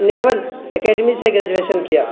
نیول academy سے graduation کیا